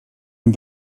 den